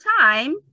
time